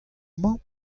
mañ